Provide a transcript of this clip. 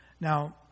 Now